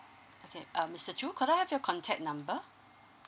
okay um mister choo could I have your contact number